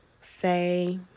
say